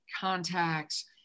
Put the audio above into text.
contacts